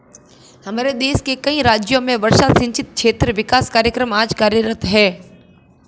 हमारे देश के कई राज्यों में वर्षा सिंचित क्षेत्र विकास कार्यक्रम आज कार्यरत है